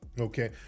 okay